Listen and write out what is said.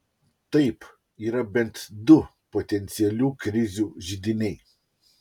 taip yra bent du potencialių krizių židiniai